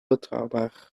betrouwbaar